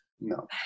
No